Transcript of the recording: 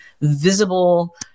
visible